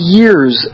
years